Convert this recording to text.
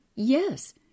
Yes